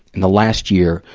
in the last year,